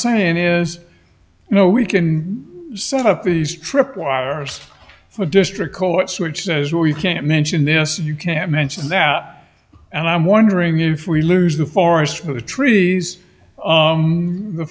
saying is you know we can set up these tripwires for district courts which says no you can't mention this you can't mention that and i'm wondering if we lose the forest for the trees